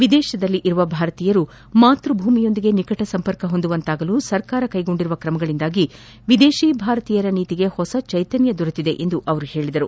ವಿದೇಶದಲ್ಲಿರುವ ಭಾರತೀಯರು ಮಾತ್ಯಭೂಮಿಯೊಂದಿಗೆ ನಿಕಟ ಸಂಪರ್ಕ ಹೊಂದುವಂತಾಗಲು ಸರ್ಕಾರ ತೆಗೆದುಕೊಂಡಿರುವ ತ್ರಮಗಳಿಂದಾಗಿ ವಿದೇಶಿ ಭಾರತೀಯರ ನೀತಿಗೆ ಹೊಸ ಚೈತನ್ನ ದೊರೆತಿದೆ ಎಂದರು